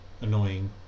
annoying